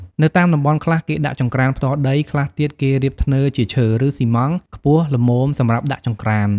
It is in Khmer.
នៅតាមតំបន់ខ្លះ គេដាក់ចង្ក្រានផ្ទាល់ដី ខ្លះទៀត គេរៀបធ្នើជាឈើ ឬ សុីម៉ង់ ខ្ពស់ល្មមសម្រាប់ដាក់ចង្រ្កាន។